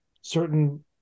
certain